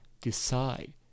decide